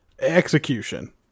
Execution